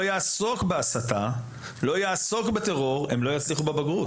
בהסתה ולא יעסוק בטרור הם לא יצליחו בבגרות.